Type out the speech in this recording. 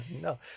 No